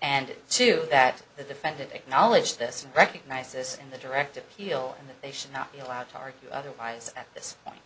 and two that the defendant acknowledged this and recognized this in the direct appeal and that they should not be allowed to argue otherwise at this point